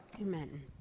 Amen